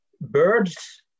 birds